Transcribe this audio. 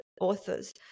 authors